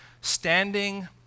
standing